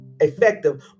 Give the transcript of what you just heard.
effective